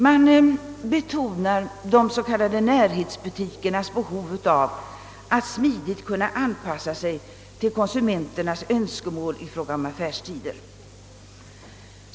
Man betonar de s.k. närhetsbutikernas behov av att smidigt kunna anpassa sig efter konsumenternas önskemål i fråga om affärstider.